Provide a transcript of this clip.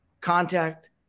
Contact